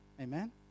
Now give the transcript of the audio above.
Amen